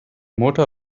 motor